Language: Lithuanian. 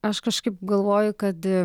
aš kažkaip galvoju kad